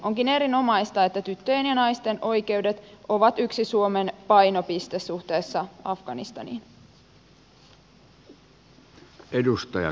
onkin erinomaista että tyttöjen ja naisten oikeudet ovat yksi suomen painopiste suhteessa afganistaniin